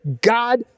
God